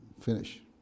finish